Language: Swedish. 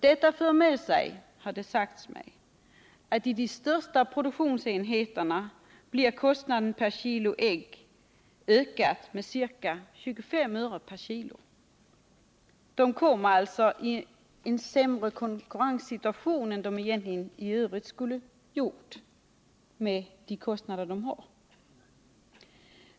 Detta för med sig — har det sagts mig — att kostnaden per kilo ägg i de största produktionsenheterna ökas med 25 öre per kilo. De hamnar alltså i en sämre konkurrenssituation än de egentligen skulle ha gjort med de kostnader de har.